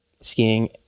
skiing